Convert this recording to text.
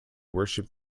worship